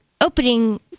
opening